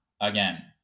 again